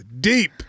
Deep